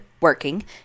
working